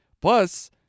Plus